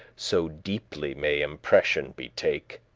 so deeply may impression be take.